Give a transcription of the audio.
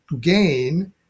gain